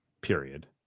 period